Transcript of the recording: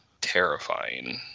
terrifying